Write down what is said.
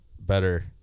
better